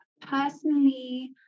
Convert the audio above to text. personally